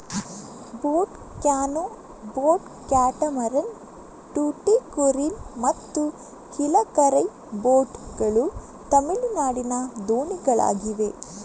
boat canoe, boat catamaran, Tuticorin ಮತ್ತು Kilakarai boat ಗಳು ತಮಿಳುನಾಡಿನ ದೋಣಿಗಳಾಗಿವೆ